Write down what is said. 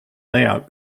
layout